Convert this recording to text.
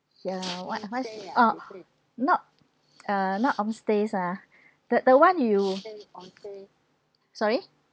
ya what what uh not uh not home stays ah the the one you sorry